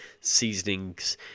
seasonings